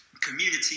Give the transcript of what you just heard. community